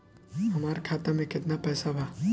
हमार खाता मे केतना पैसा बा?